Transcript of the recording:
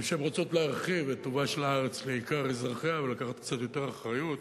שהן רוצות להרחיב את טובה של הארץ לעיקר אזרחיה ולקחת קצת יותר אחריות.